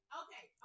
okay